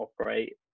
operate